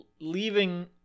leaving